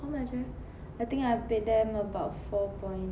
how much eh I think I paid them about four point